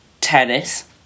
tennis